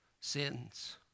sins